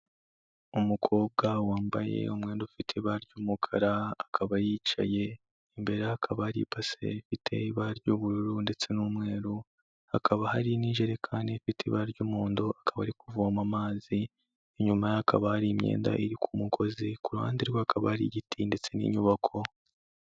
Umukobwa wambaye umwenda ufite ibara ry'umukara akaba yicaye, imbere ye hakaba hari ibase iteye ibara ry'ubururu ndetse n'umweru, hakaba hari n'injerekani ifite ibara ry'umuhondo akaba ari kuvoma amazi, inyuma ye hakaba hari imyenda iri ku mugozi ku ruhande rwe hakaba hari igiti ndetse n'inyubako.